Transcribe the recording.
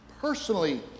personally